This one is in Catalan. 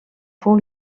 fou